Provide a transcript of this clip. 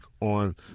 on